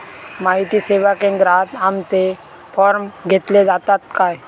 माहिती सेवा केंद्रात आमचे फॉर्म घेतले जातात काय?